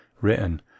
written